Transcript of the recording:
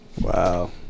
Wow